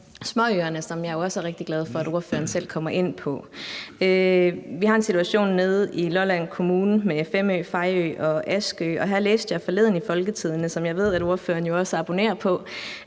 småøerne, som jeg jo også er rigtig glad for at ordføreren selv kommer ind på. Vi har en situation nede i Lolland Kommune med Femø, Fejø og Askø, og her læste jeg forleden i Folketidende, som jeg ved at ordføreren jo også abonnerer på,